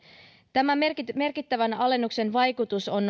tämän merkittävän merkittävän alennuksen vaikutus on